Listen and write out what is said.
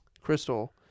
Crystal